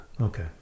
okay